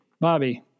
Bobby